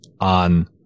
on